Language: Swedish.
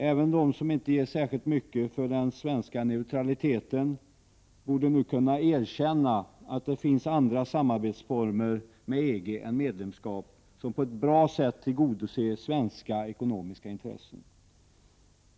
Även de som inte ger särskilt mycket för den svenska neutraliteten borde nu kunna erkänna att det finns andra former av samarbete med EG än medlemskap som på ett bra sätt tillgodoser svenska ekonomiska intressen.